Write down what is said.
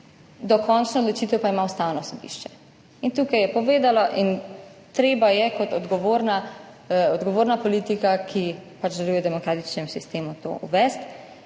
dokončno odločitev pa ima Ustavno sodišče. Tukaj je povedalo in treba je kot odgovorna politika, ki deluje v demokratičnem sistemu, to uvesti.